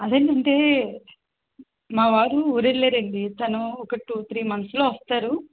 అదేంటంటే మా వారు ఊరెళ్ళారండి తనూ ఒక టూ త్రీ మంత్స్లో వస్తారు